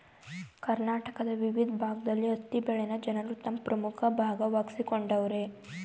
ಕರ್ನಾಟಕದ ವಿವಿದ್ ಭಾಗ್ದಲ್ಲಿ ಹತ್ತಿ ಬೆಳೆನ ಜನರು ತಮ್ ಪ್ರಮುಖ ಭಾಗವಾಗ್ಸಿಕೊಂಡವರೆ